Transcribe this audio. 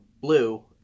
blue